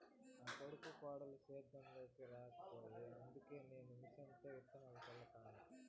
నా కొడుకు కోడలు సేద్యం లోనికి రాకపాయె అందుకే నేను మిషన్లతో ఇత్తనాలు చల్లతండ